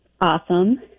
Awesome